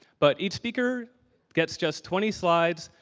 but each speaker gets just twenty slides,